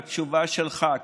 בתשובה שלך,